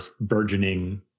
burgeoning